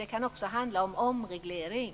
Det kan också handla om omreglering.